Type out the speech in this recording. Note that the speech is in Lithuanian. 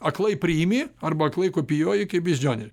aklai priimi arba aklai kopijuoji kaip beždžionė